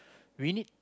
we need